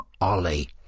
Ollie